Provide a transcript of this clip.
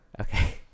Okay